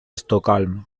estocolm